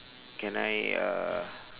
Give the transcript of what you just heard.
can I uh